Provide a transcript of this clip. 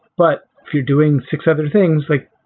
but if you're doing six other things, like,